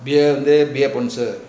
beer beer sponsor